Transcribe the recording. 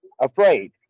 afraid